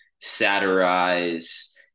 satirize